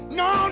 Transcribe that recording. no